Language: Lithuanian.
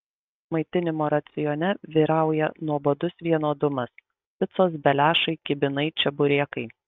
maitinimo racione vyrauja nuobodus vienodumas picos beliašai kibinai čeburekai